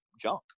junk